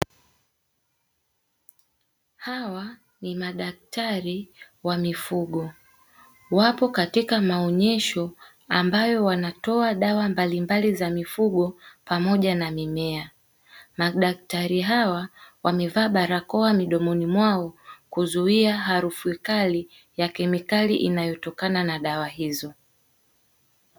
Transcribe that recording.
Hawa ni madaktari wa mifugo wapo katika maonyesho, ambayo wanatoa dawa mbalimbali za mifugo pamoja na mimea. Madaktari hawa wamevaa barakoa midomoni mwao kuzuia harufu kali ya kemikali inayotokana na dawa hizo.